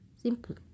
Simple